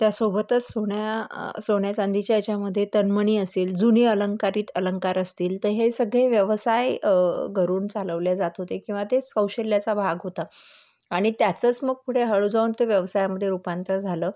त्या सोबतच सोन्या सोन्या चांदीच्या ह्याच्यामध्ये तन्मणी असेल जुनी अलंकारीत अलंकार असतील तर हे सगळे व्यवसाय घरून चालवले जात होते किंवा तेच कौशल्याचा भाग होता आणि त्याचंच मग पुढे हळू जाऊन तो व्यवसायामध्ये रूपांतर झालं